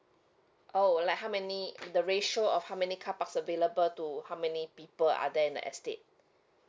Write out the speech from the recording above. oh like how many the ratio of how many carparks available to how many people are there in the estate